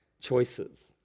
choices